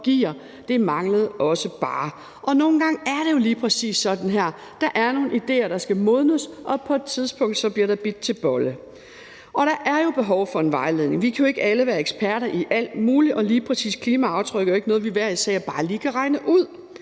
Det manglede også bare, og nogle gange er det jo lige præcis sådan, at der er nogle idéer, der skal modnes, og at der på et tidspunkt bliver bidt til bolle, og der er jo behov for en vejledning. Vi kan jo ikke alle være eksperter i alt muligt, og lige præcis klimaaftrykket er jo ikke noget, vi hver især bare lige kan regne ud,